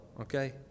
okay